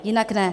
Jinak ne.